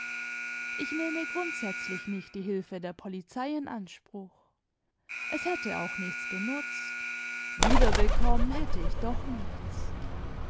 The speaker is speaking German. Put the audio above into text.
ich nehme grundsätzlich nicht die hilfe der polizei in anspruch es hätte auch nichts genutzt wiederbekommen hätte ich doch nichts